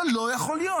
זה לא יכול להיות.